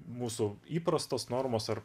mūsų įprastos normos ar